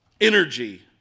energy